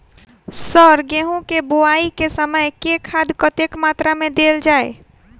Sir गेंहूँ केँ बोवाई केँ समय केँ खाद कतेक मात्रा मे देल जाएँ?